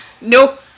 Nope